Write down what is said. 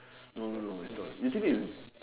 no no it's not you this is